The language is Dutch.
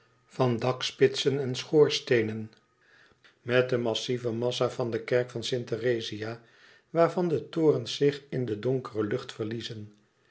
van dakspitsen en schoorsteenen met de massive massa van de kerk van st therezia waarvan de torens zich in de donkere lucht verliezen